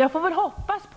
Jag får väl hoppas